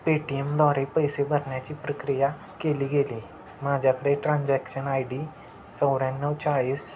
पेटीएमद्वारे पैसे भरण्याची प्रक्रिया केली गेली माझ्याकडे ट्रान्झॅक्शन आय डी चौऱ्याण्णव चाळीस